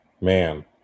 Man